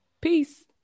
Peace